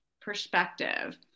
perspective